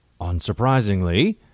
unsurprisingly